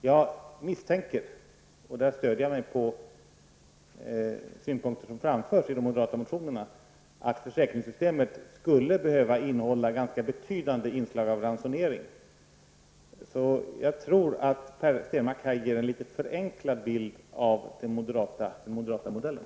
Jag misstänker -- där stöder jag mig på synpunkter som framförs i de moderata motionerna -- att försäkringssystemet skulle behöva innehålla ganska betydande inslag av ransonering. Jag tror därför att Per Stenmarck här ger en något förenklad bild av den moderata modellen.